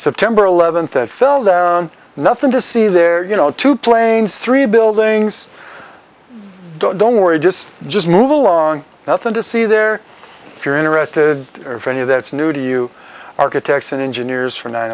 september eleventh that fell down nothing to see there you know two planes three buildings don't worry just just move along nothing to see there if you're interested or if any of that's new to you architects and engineers for nine